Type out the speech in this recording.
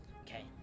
Okay